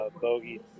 bogey